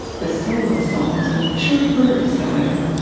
the solo songs of mature birds, however,